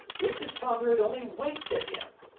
if his father had only winked at him!